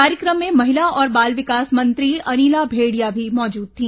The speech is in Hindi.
कार्यक्रम में महिला और बाल विकास मंत्री अनिला भेंडिया भी मौजूद थी